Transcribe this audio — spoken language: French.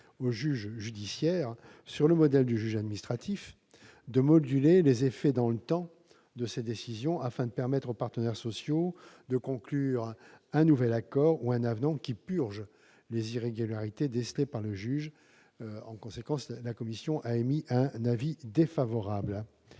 au juge judiciaire, sur le modèle du juge administratif, de moduler les effets de ses décisions dans le temps, afin de permettre aux partenaires sociaux de conclure un nouvel accord ou un avenant qui purge les irrégularités décelées par le juge. L'avis de la commission est donc défavorable.